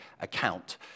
account